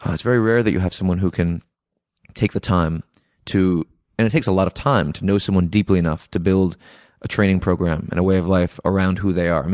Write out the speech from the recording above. it's very rare that you have someone who can take the time to and it takes a lot of time to know someone deeply enough to build a training program and a way of life around who they are.